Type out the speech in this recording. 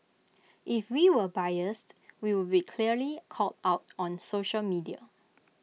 if we were biased we would be clearly called out on social media